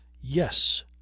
yes